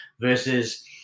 versus